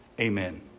Amen